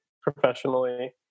professionally